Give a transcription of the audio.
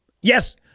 Yes